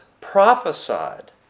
prophesied